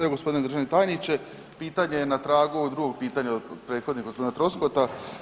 Evo gospodine državni tajniče, pitanje je na tragu drugog pitanja prethodnog gospodina Troskota.